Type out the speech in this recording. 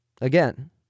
again